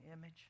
image